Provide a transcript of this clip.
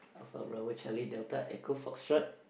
alpha bravo charlie delta echo foxtrot